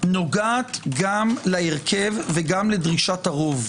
נוגעת גם להרכב וגם לדרישת הרוב.